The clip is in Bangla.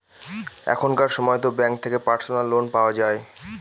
এখনকার সময়তো ব্যাঙ্ক থেকে পার্সোনাল লোন পাওয়া যায়